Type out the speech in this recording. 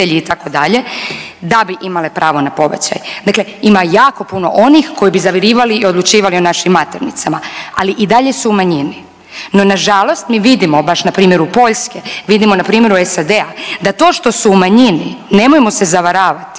da bi imale pravo na pobačaj. Dakle, ima jako puno onih koji bi zavirivali i odlučivali o našim maternicama, ali i dalje su u manjini. No na žalost mi vidimo baš na primjeru Poljske, vidimo na primjeru SAD-a da to što su u manjini nemojmo se zavaravati